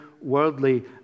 worldly